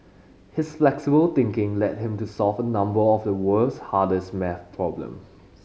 his flexible thinking led him to solve a number of the world's hardest math problems